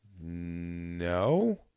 No